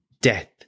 death